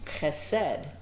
chesed